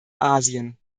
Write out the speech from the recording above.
asien